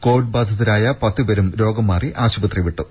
Covid ബാധിതരായ പത്തു പേരും രോഗം മാറി ആശുപത്രി വിട്ടു